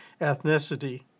ethnicity